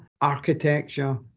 architecture